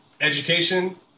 Education